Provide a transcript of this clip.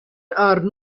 are